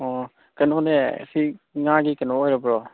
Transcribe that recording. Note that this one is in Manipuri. ꯑꯣ ꯀꯩꯅꯣꯅꯦ ꯁꯤ ꯉꯥꯒꯤ ꯀꯩꯅꯣ ꯑꯣꯏꯔꯕ꯭ꯔꯣ